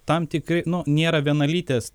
tam tikri nu nėra vienalytės